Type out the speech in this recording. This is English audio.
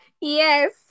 Yes